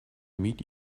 meet